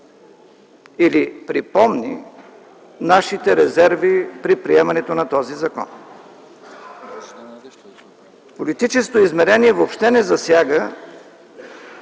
или припомни нашите резерви при приемането на този закон. Политическото измерение въобще не засяга